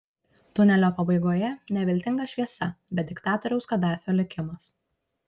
tunelio pabaigoje ne viltinga šviesa bet diktatoriaus kadafio likimas